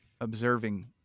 observing